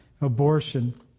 abortion